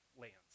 lands